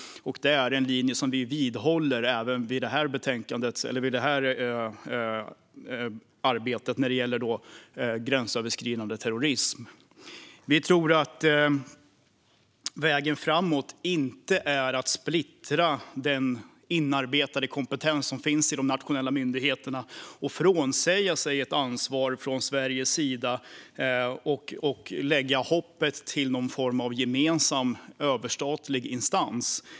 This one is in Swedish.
Det är en linje som vi vidhåller även vid det här arbetet när det gäller gränsöverskridande terrorism. Vi tror att vägen framåt inte är att splittra den inarbetade kompetens som finns i de nationella myndigheterna, frånsäga sig ett ansvar från Sveriges sida och lägga hoppet till någon form av gemensam överstatlig instans.